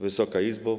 Wysoka Izbo!